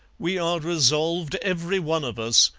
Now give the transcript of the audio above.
we are resolved, every one of us,